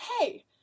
Hey